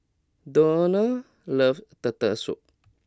Donny loves Turtle Soup